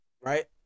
right